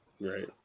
right